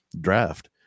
draft